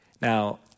Now